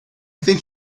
think